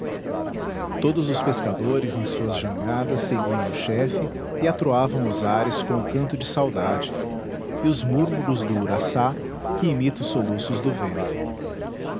todos os pescadores em suas jangadas seguiam o chefe e atroavam os ares com o canto de saudade e os múrmuros do uraçá que imita os soluços do vento